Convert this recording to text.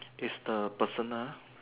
is the personal ah